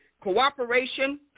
cooperation